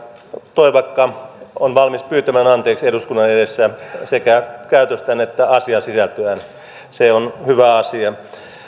toivakka on valmis pyytämään anteeksi eduskunnan edessä sekä käytöstään että asiasisältöään se on hyvä asia